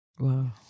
Wow